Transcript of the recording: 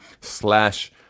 slash